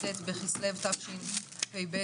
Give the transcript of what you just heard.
י"ב בכסלו תשפ"ב,